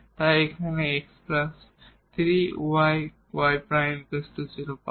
তাই আমরা এখানে x 3yy ' 0 পাব